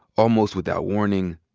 almost without warning,